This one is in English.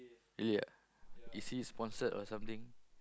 ya is he sponsored or something